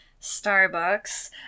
Starbucks